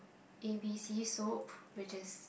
A B C soup which is